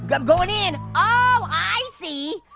going in. oh, i see.